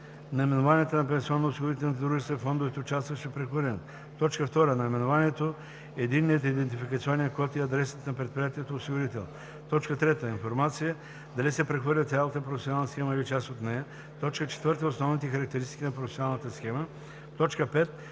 наименованията на пенсионноосигурителните дружества и фондовете, участващи в прехвърлянето; 2. наименованието, единният идентификационен код и адресът на предприятието осигурител; 3. информация дали се прехвърля цялата професионална схема, или част от нея; 4. основните характеристики на професионалната схема; 5.